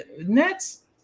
Nets